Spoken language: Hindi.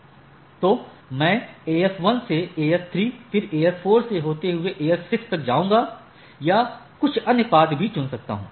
तो मैं AS1 से AS3 फिर AS4 से होते हुए AS6 तक जाऊँगा या कुछ अन्य पाथ भी चुन सकता हूँ